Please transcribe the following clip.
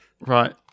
Right